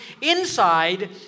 inside